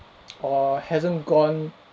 or hasn't gone